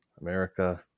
America